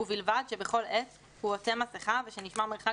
ובלבד שבכל עת הוא עוטה מסכה ושנשמר מרחק